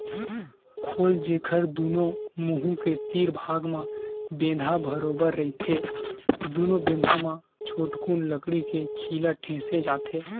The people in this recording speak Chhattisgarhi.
खोल, जेखर दूनो मुहूँ के तीर भाग म बेंधा बरोबर रहिथे दूनो बेधा म छोटकुन लकड़ी के खीला ठेंसे जाथे